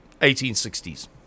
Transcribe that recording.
1860s